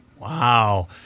Wow